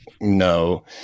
no